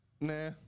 Nah